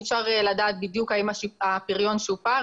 אי אפשר לדעת בדיוק האם הפריון שופר.